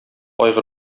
айгыр